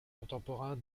contemporain